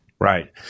Right